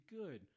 good